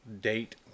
date